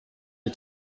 izo